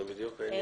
זה בדיוק העניין.